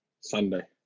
Sunday